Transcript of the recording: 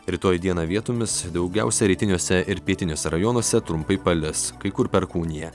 rytoj dieną vietomis daugiausia rytiniuose ir pietiniuose rajonuose trumpai palis kai kur perkūnija